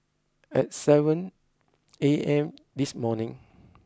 at seven A M this morning